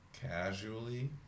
casually